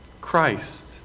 Christ